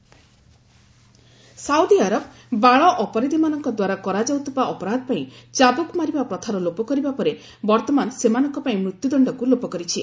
Saudi Arab death penalty Saudi Arab ବାଳ ଅପରାଧୀମାନଙ୍କ ଦ୍ୱାରା କରାଯାଉଥିବା ଅପରାଧ ପାଇଁ ଚାବୁକ ମାରିବା ପ୍ରଥାର ଲୋପ କରିବା ପରେ ବର୍ତ୍ତମାନ ସେମାନଙ୍କ ପାଇଁ ମୃତ୍ୟୁଦଶ୍ଚକୁ ଲୋପ କରିଛି